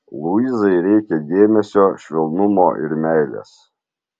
luizai reikia dėmesio švelnumo ir meilės